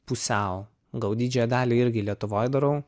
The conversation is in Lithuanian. pusiau gal didžiąją dalį irgi lietuvoje darau